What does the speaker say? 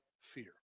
fear